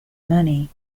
money